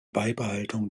beibehaltung